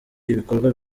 ibikorwa